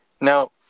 Now